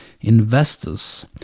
investors